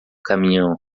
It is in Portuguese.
caminhão